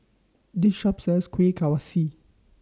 This Shop sells Kuih